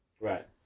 Right